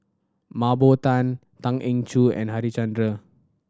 Mah Bow Tan Tan Eng Joo and Harichandra